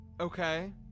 Okay